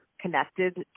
connected